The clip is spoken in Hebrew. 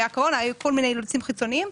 והיו כל מיני אילוצים חיצוניים.